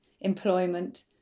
employment